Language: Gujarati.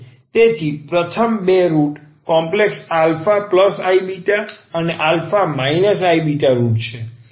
તેથી આ પ્રથમ બે રુટ કોમ્પ્લેક્સ α iβ અને α iβ રુટ છે